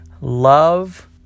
love